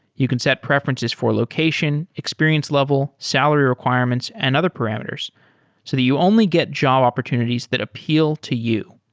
you can set preferences for location, experience level, salary requirements and other parameters so that you only get job opportunities that appeal to you.